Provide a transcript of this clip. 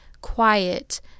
quiet